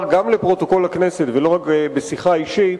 גם לפרוטוקול הכנסת ולא רק בשיחה אישית,